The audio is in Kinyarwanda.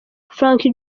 frankie